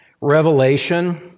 Revelation